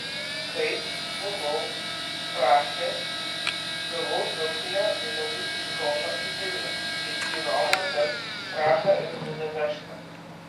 kaip buvau prašęs gavau traukinio bilietus iš kauno į vilnių ir į romą per prahą ir budapeštą